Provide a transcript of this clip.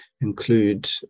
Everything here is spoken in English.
include